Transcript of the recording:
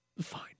fine